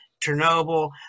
chernobyl